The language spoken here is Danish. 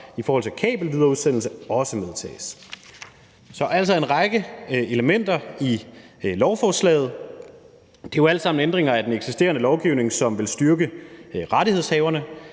i forhold til kabelvidereudsendelse også medtages. Der er altså en række elementer i lovforslaget, og det er alle sammen ændringer af den eksisterende lovgivning, hvilket vil styrke rettighedshaverne.